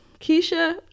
Keisha